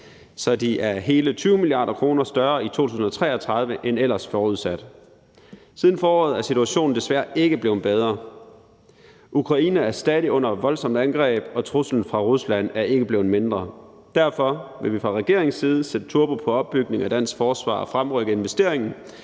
så de er hele 20 mia. kr. større i 2033 end ellers forudsat. Siden foråret er situationen desværre ikke blevet bedre. Ukraine er stadig under voldsomme angreb, og truslen fra Rusland er ikke blevet mindre. Derfor vil vi fra regeringens side sætte turbo på opbygningen af dansk forsvar og fremrykke investeringen,